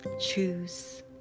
Choose